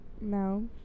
No